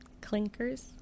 Clinkers